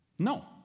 No